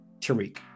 Tariq